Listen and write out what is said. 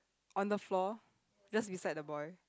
on the floor just beside the boy